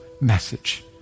message